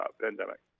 pandemic